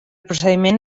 procediment